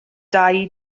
dau